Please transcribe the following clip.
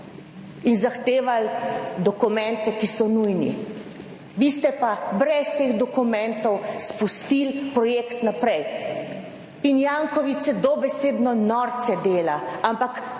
in zahtevali dokumente, ki so nujni. Vi ste pa brez teh dokumentov spustili projekt naprej. In Janković se dobesedno norce dela. Ampak